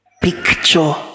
picture